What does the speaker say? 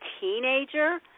teenager